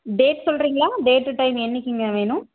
date சொல்றீங்களா date time என்றைக்கிங்க வேணும்